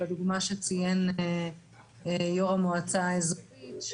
בדוגמה שציין יו"ר המועצה האזורית,